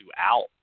out